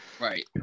right